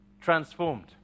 transformed